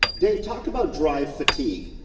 dave, talk about drive fatigue.